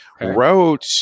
wrote